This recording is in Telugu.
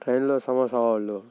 ట్రైన్లో సమోసా వాళ్ళు